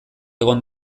egon